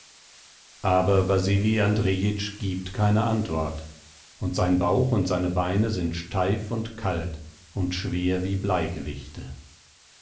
aber wasili andrejitsch gibt keine antwort und sein bauch und seine beine sind steif und kalt und schwer wie bleigewichte